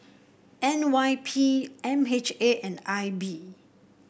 N Y P M H A and I B